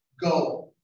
go